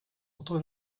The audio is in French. entre